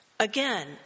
Again